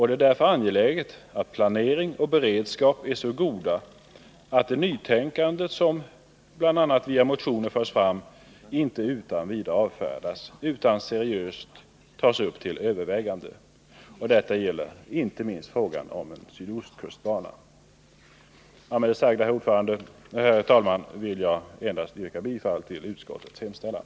Det är därför angeläget att planering och beredskap är så goda att det nytänkande som via motioner och på annat sätt förs fram inte utan vidare avfärdas utan seriöst tas upp till överväganden. Detta gäller inte minst frågan om en sydostkustbana. Med det sagda, herr talman, vill jag endast yrka bifall till utskottets hemställan.